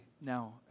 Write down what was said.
now